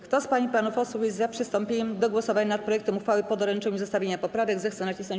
Kto z pań i panów posłów jest za przystąpieniem do głosowania nad projektem uchwały po doręczeniu zestawienia poprawek, zechce nacisnąć